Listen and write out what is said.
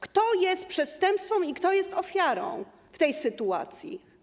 Kto jest przestępcą i kto jest ofiarą w tej sytuacji?